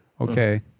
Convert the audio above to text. Okay